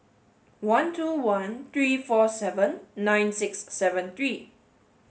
one two one three four seven nine six seven three